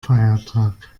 feiertag